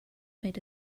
made